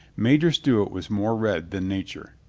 major stewart was more red than nature.